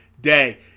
day